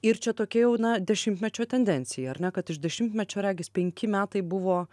ir čia tokia jau na dešimtmečio tendencija ar ne kad iš dešimtmečio regis penki metai buvo